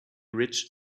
rich